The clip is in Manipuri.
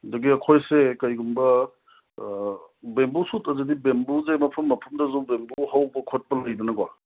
ꯑꯗꯨꯗꯤ ꯑꯩꯈꯣꯏꯁꯦ ꯀꯔꯤꯒꯨꯝꯕ ꯕꯦꯝꯕꯨ ꯕꯦꯝꯕꯨꯁꯦ ꯃꯐꯝ ꯃꯐꯝꯗ ꯍꯧꯕ ꯈꯣꯠꯄ ꯂꯩꯗꯅꯀꯣ